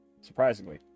surprisingly